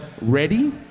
Ready